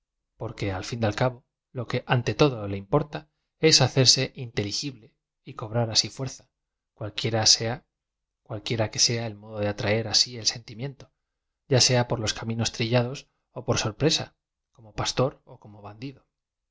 porque a l ñn al cabo lo que ante todo le importa es hacerse inteligibu j cobrar así fuerza cualquiera que sea el modo de atraer á sí el sentimiento a por los caminos trillados ó por sor presa como pastor ó como bandido